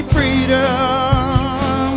Freedom